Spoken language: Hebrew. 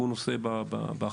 שהוא הנושא באחריות,